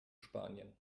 spanien